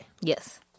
Yes